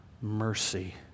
mercy